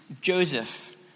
Joseph